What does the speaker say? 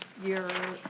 your,